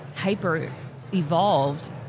hyper-evolved